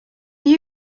are